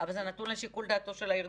זה נתון לשיקול דעתו של הארגון?